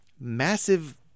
massive